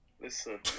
Listen